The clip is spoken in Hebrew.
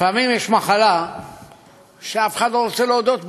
לפעמים יש מחלה שאף אחד לא רוצה להודות בה,